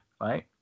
right